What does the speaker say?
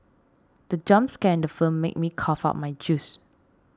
the jump scare in the film made me cough out my juice